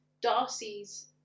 Darcy's